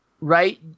right